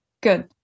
Good